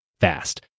fast